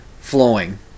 flowing